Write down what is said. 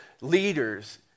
leaders